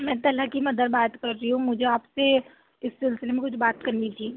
میں طلحہ کی مدر بات کر رہی ہوں مجھے آپ سے اِس سلسلے میں کچھ بات کرنی تھی